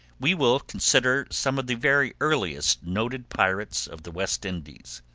we will consider some of the very earliest noted pirates of the west indies.